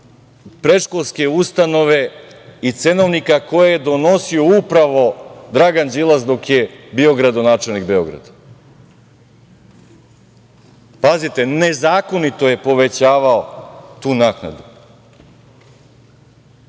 predškolske ustanove i cenovnika koji je donosio upravo Dragan Đilas dok je bio gradonačelnik Beograda? Pazite, nezakonito je povećavao tu naknadu.